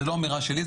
זה לא אמירה שלי,